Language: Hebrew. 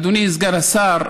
אדוני סגן השר,